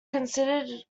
considered